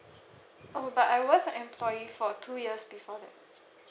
oh but I was an employee for two years before that